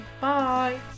Bye